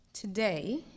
Today